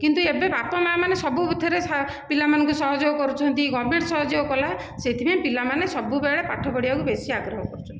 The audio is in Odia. କିନ୍ତୁ ଏବେ ବାପା ମା' ମାନେ ସବୁଥିରେ ପିଲାମାନଙ୍କୁ ସହଯୋଗ କରୁଛନ୍ତି ଗଭର୍ଣ୍ଣମେଣ୍ଟ ସହଯୋଗ କଲା ସେଇଥିପାଇଁ ପିଲାମାନେ ସବୁବେଳେ ପାଠ ପଢ଼ିବାକୁ ବେଶି ଆଗ୍ରହ କରୁଛନ୍ତି